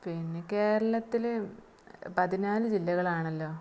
പിന്നെ കേരളത്തിൽ പതിനാല് ജില്ലകളാണല്ലോ